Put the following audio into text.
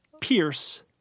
Pierce